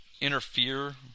interfere